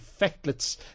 factlets